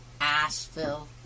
Asheville